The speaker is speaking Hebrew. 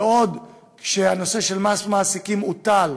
בעוד הנושא של מס מעסיקים בוטל,